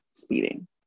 speeding